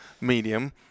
medium